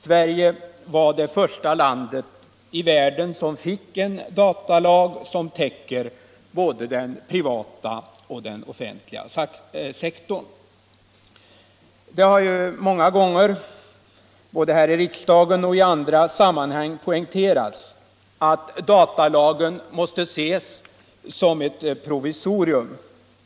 Sverige var det första land i världen som fick en datalag som täcker både den privata och den offentliga sektorn. Det har många gånger, både här i riksdagen och i andra sammanhang, poängterats att datalagen måste ses som ett provisorium.